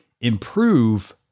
improve